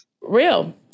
Real